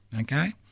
Okay